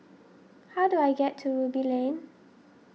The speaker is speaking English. how do I get to Ruby Lane